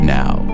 now